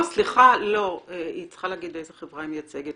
לא, סליחה, היא צריכה להגיד איזה חברה היא מייצגת.